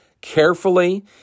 carefully